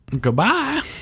goodbye